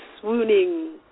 swooning